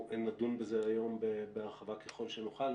אנחנו נדון בזה היום בהרחבה ככל שנוכל,